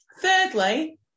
Thirdly